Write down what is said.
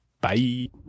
bye